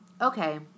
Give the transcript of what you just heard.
Okay